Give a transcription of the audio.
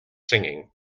singing